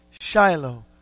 Shiloh